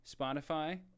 Spotify